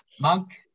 Monk